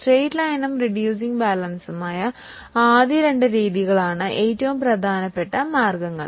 straight line depreciation reducing balance എന്നീ ആദ്യത്തെ രണ്ട് രീതികളാണ് ഏറ്റവും പ്രധാനപ്പെട്ട രീതികൾ